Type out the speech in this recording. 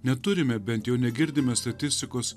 neturime bent jau negirdime statistikos